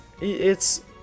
It's-